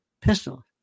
pistol